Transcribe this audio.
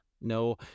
no